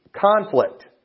conflict